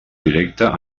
directa